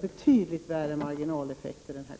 Jag anser att det var fråga om betydligt värre marginaleffekter den här